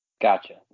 Gotcha